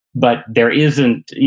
but there isn't, yeah